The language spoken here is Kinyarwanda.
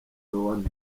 joannah